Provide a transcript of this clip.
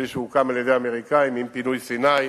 שהוקם על-ידי האמריקנים, נדמה לי, עם פינוי סיני,